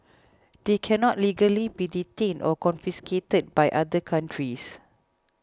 they cannot legally be detained or confiscated by other countries